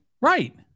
Right